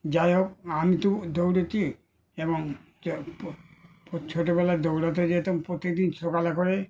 যাই হোক আমি তো দৌড়েছি এবং ছোটবেলায় দৌড়াতে যেতাম প্রতিদিন সকালে করে